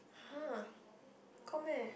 !huh! got meh